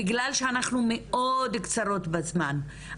בגלל שאנחנו מאוד מאוד קצרות בזמן,